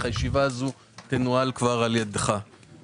הישיבה הזו תנוהל כבר על ידי חבר